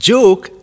Joke